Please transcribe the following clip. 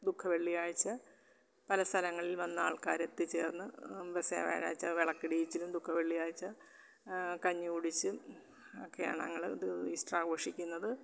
ദുഃഖ വെള്ളി ആഴ്ച്ച പല സ്ഥലങ്ങളിൽ വന്ന് ആൾക്കാർ എത്തിച്ചേർന്ന് പെസഹ വ്യാഴാഴ്ച്ച വിളക്കിടിയിച്ചിലും ദുഃഖ വെള്ളിയാഴ്ച്ച കഞ്ഞി കുടിച്ചും ഒക്കെയാണ് ഞങ്ങൾ ഇത് ഈസ്റ്റർ ആഘോഷിക്കുന്നത്